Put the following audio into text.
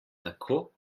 tako